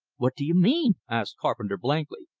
what do you mean? asked carpenter blankly.